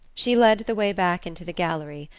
she led the way back into the gallery,